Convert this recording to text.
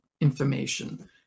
information